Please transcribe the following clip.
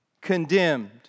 condemned